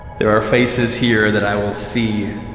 there are faces here that i will see.